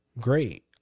great